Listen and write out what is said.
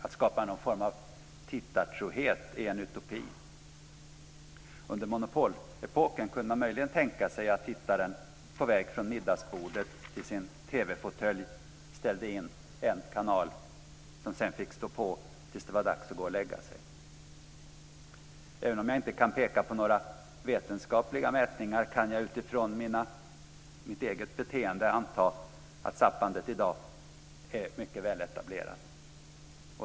Att skapa någon form av tittartrohet är en utopi. Under monopolepoken kunde man möjligen tänka sig att tittaren på väg från middagsbordet till sin TV-fåtölj ställde in en kanal som sedan fick stå på tills det var dags att gå och lägga sig. Även om jag inte kan peka på några vetenskapliga mätningar, kan jag utifrån mitt eget beteende anta att zappandet i dag är mycket väletablerat.